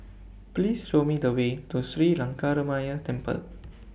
Please Show Me The Way to Sri Lankaramaya Temple